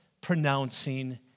pronouncing